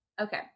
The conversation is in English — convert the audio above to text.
Okay